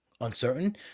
uncertain